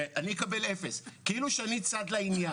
ויש כאן סיפור של החולים המעוכבים,